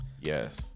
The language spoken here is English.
Yes